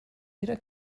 jeder